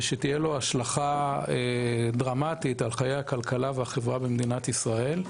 ושתהיה לו השלכה דרמתית על חיי הכלכלה והחברה במדינת ישראל.